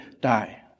die